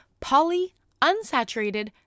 polyunsaturated